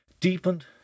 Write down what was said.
deepened